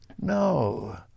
no